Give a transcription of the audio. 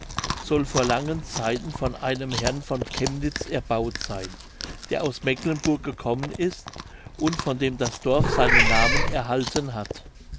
soll vor langen zeiten von einem herrn von kemnitz erbaut seyn der aus mecklenburg gekommen ist und von dem das dorf seinen namen erhalten hat